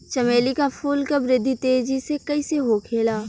चमेली क फूल क वृद्धि तेजी से कईसे होखेला?